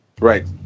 Right